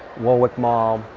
warwick mall.